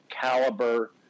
caliber